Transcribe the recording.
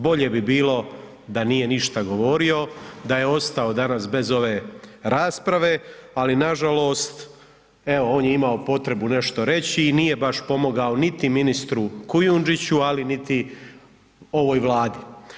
Bolje bi bilo da nije ništa govorio, da je ostao danas bez ove rasprave, ali nažalost evo on je imao potrebu nešto reći i nije baš pomogao niti ministru Kujundžiću, ali niti ovaj Vladi.